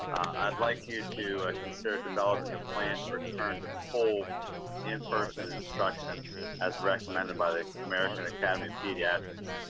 i'd like you to consider developing a plan to return to full in-person instruction as recommended by the american academy of pediatrics.